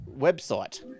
website